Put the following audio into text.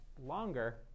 longer